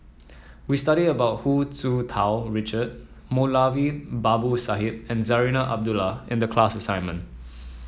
we studied about Hu Tsu Tau Richard Moulavi Babu Sahib and Zarinah Abdullah in the class assignment